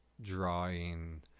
drawing